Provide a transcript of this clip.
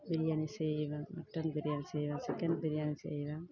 பிரியாணி செய்வேன் மட்டன் பிரியாணி செய்வேன் சிக்கன் பிரியாணி செய்வேன்